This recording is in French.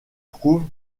trouve